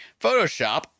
Photoshop